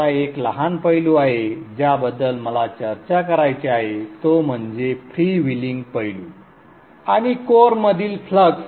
आता एक लहान पैलू आहे ज्याबद्दल मला चर्चा करायची आहे तो म्हणजे फ्रीव्हीलिंग पैलू आणि कोअरमधील फ्लक्स